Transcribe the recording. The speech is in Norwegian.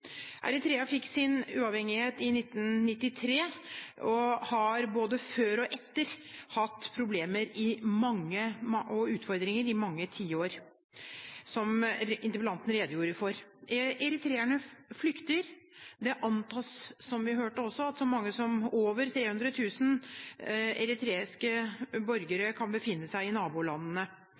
fikk sin uavhengighet i 1993 og har både før og etter hatt problemer og utfordringer i mange tiår, som interpellanten redegjorde for. Eritreerne flykter. Det antas, som vi hørte, at så mange som over 300 000 eritreiske borgere kan befinne seg i nabolandene.